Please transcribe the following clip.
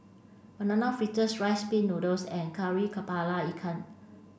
banana fritters rice pin noodles and Kari Kepala Ikan